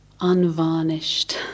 unvarnished